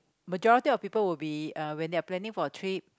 majority of people will be uh when they're planning for a trip